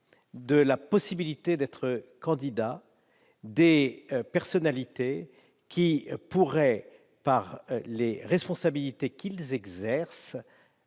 d'empêcher d'être candidats des personnalités qui pourraient, par les responsabilités qu'elles exercent,